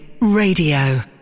Radio